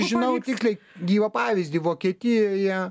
žinau tiksliai gyvą pavyzdį vokietijoje